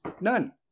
None